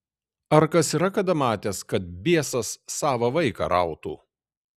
ar kas yra kada matęs kad biesas sava vaiką rautų